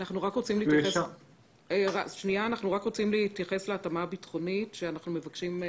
אנחנו רוצים להתייחס להתאמה הביטחונית שאנחנו מבקשים למחוק.